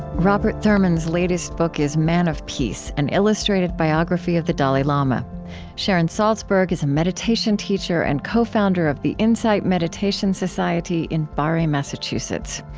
robert thurman's latest book is man of peace, an illustrated biography of the dalai lama sharon salzberg is a meditation teacher and cofounder of the insight meditation society in barre, massachusetts.